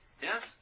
Yes